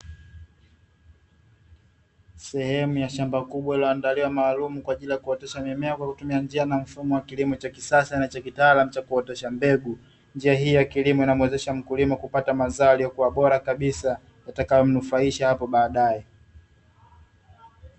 Sehemu ya shamba kubwa lililoandaliwa maalumu kwa ajili ya kuotesha mimea, kwa kutumia njia na mfumo wa kilimo cha kisasa na cha kitaalamu cha kuotesha mbegu. Njia hii ya kilimo inamuwezesha mkulima kupata mazao yaliyokuwa bora kabisa yatakayomnufaisha hapo baadaye.